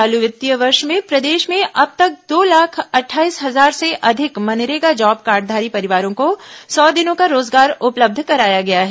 चालू वित्तीय वर्ष में प्रदेश में अब तक दो लाख अट्ठाईस हजार से अधिक मनरेगा जॉब कार्डधारी परिवारों को सौ दिनों का रोजगार उपलब्ध कराया गया है